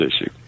issue